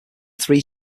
three